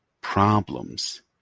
Problems